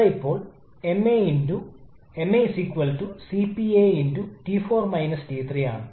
അതിനാൽ നമ്മൾക്ക് വ്യത്യസ്തത ഉണ്ടാകാം ഗുണവിശേഷതകളുടെ മൂല്യങ്ങൾ